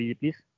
please